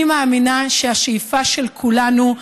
אני מאמינה שהשאיפה של כולנו,